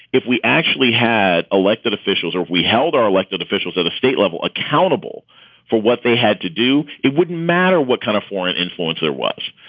if we actually had elected officials or we held our elected officials at a state level accountable for what they had to do, it wouldn't matter what kind of foreign influence there was.